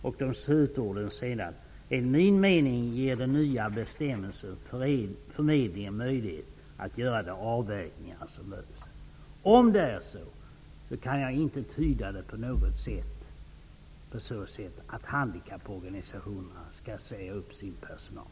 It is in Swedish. Slutorden i yttrandet lyder vidare: ''Enligt min mening ger den nya bestämmelsen förmedlingen möjlighet att göra de avvägningar som behövs.'' Om det är så, kan jag inte tyda det så att handikapporganisationerna skall säga upp sin personal.